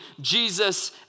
Jesus